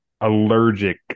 allergic